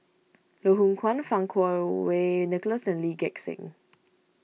Loh Hoong Kwan Fang Kuo Wei Nicholas and Lee Gek Seng